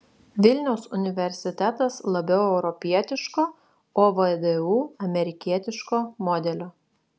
vilniaus universitetas labiau europietiško o vdu amerikietiško modelio